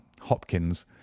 hopkins